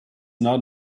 not